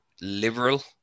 liberal